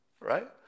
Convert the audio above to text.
right